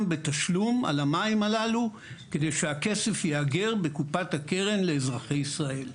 בתשלום על המים הללו כדי שהכסף ייאגר בקופת הקרן לאזרחי ישראל.